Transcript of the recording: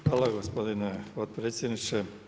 Hvala gospodine potpredsjedniče.